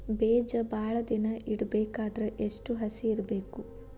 ಬೇಜ ಭಾಳ ದಿನ ಇಡಬೇಕಾದರ ಎಷ್ಟು ಹಸಿ ಇರಬೇಕು?